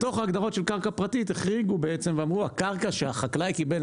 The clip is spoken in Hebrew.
בתוך ההגדרות של קרקע פרטית החריגו בעצם ואמרו הקרקע שהחקלאי קיבל,